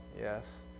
yes